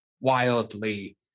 wildly